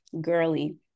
girly